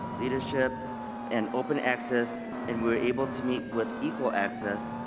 leadership and open access and we are able to meet with equual access,